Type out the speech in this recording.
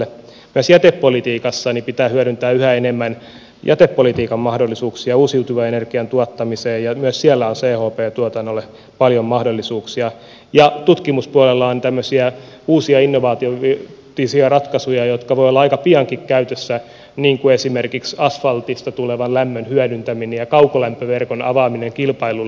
myös jätepolitiikassa pitää hyödyntää yhä enemmän jätepolitiikan mahdollisuuksia uusiutuvan energian tuottamiseen ja myös siellä on chp tuotannolle paljon mahdollisuuksia ja tutkimuspuolella on tämmöisiä uusia innovatiivisia ratkaisuja jotka voivat olla aika piankin käytössä niin kuin esimerkiksi asfaltista tulevan lämmön hyödyntäminen ja kaukolämpöverkon avaaminen kilpailulle